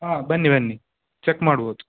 ಹಾಂ ಬನ್ನಿ ಬನ್ನಿ ಚೆಕ್ ಮಾಡ್ಬೋದು